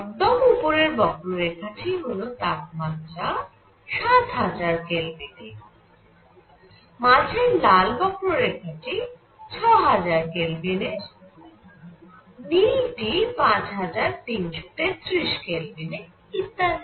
একদম উপরের বক্ররেখাটি হল তাপমাত্রা 7000 K এ মাঝের লাল বক্ররেখা টি 6000 K এ নীলটি 5333 K এ ইত্যাদি